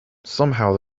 somehow